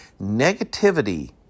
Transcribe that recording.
Negativity